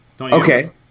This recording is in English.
Okay